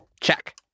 Check